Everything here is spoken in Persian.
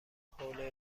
حوله